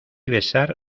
besar